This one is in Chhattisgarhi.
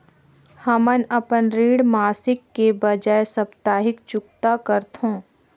हमन अपन ऋण मासिक के बजाय साप्ताहिक चुकता करथों